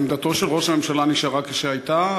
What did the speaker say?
עמדתו של ראש הממשלה נשארה כשהייתה?